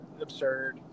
absurd